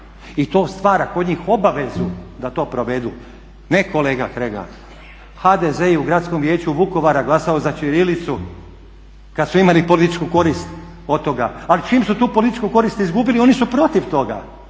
i to stvara kod njih obavezu da to provedu. Ne kolega Kregar, HDZ je u Gradskom vijeću Vukovara glasao za ćirilicu kad su imali političku korist od toga, ali čim su tu političku korist izgubili oni su protiv toga.